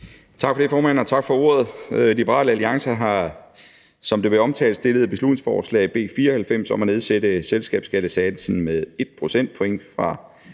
Tak for det, formand tak, og tak for ordet. Liberal Alliance har, som det blev omtalt, fremsat et beslutningsforslag, B 94, om at nedsætte selskabsskattesatsen med 1 procentpoint fra